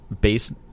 base